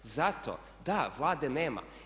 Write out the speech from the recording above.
Zato da Vlade nema.